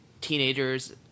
teenagers